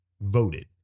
voted